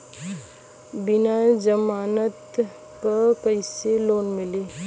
बिना जमानत क कइसे लोन मिली?